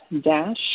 dash